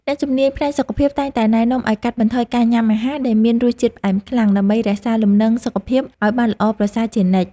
អ្នកជំនាញផ្នែកសុខភាពតែងតែណែនាំឲ្យកាត់បន្ថយការញ៉ាំអាហារដែលមានរសជាតិផ្អែមខ្លាំង ដើម្បីរក្សាលំនឹងសុខភាពឲ្យបានល្អប្រសើរជានិច្ច។